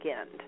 end